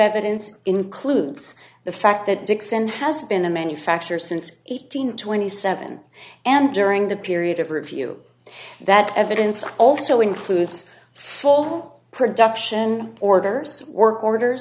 evidence includes the fact that dixon has been a manufacture since eighteen twenty seven dollars and during the period of review that evidence also includes full production orders work orders